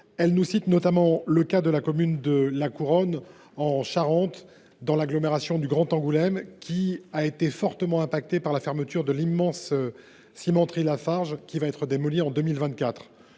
collègue cite notamment le cas de la commune de La Couronne, située en Charente, dans l’agglomération du Grand Angoulême, qui a été fortement affectée par la fermeture de l’immense cimenterie Lafarge, laquelle sera démolie en 2024.